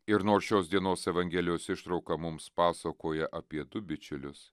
ir nors šios dienos evangelijos ištrauka mums pasakoja apie du bičiulius